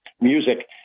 music